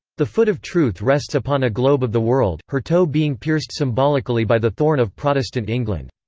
the foot of truth rests upon a globe of the world, her toe being pierced symbolically by the thorn of protestant england.